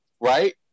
right